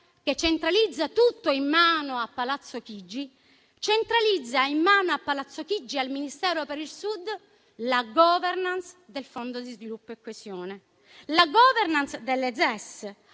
che centralizza tutto in mano a Palazzo Chigi, si centralizza in mano a Palazzo Chigi e al Ministero per il Sud la *governance* del Fondo di sviluppo e coesione, la *governance* delle ZES.